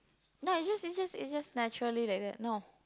nah it's just it's just it's just naturally like that no